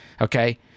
Okay